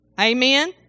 Amen